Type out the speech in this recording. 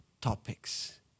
topics